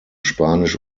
spanisch